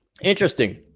Interesting